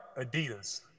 Adidas